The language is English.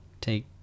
take